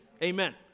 Amen